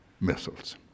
missiles